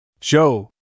Joe